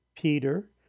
Peter